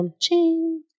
ching